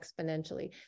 exponentially